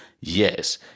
Yes